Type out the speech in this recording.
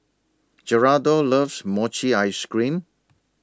Geraldo loves Mochi Ice Cream